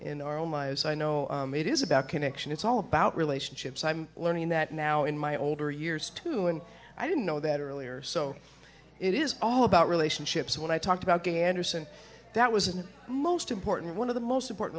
in our own lives i know it is about connection it's all about relationships i'm learning that now in my older years too and i didn't know that earlier so it is all about relationships what i talked about ganders and that was a most important one of the most support